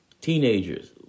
Teenagers